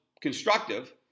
constructive